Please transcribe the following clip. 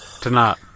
tonight